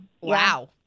Wow